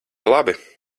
labi